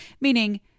meaning